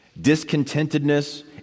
Discontentedness